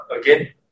again